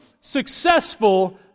successful